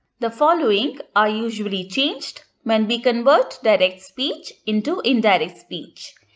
the following are usually changed when we convert direct speech into indirect speech,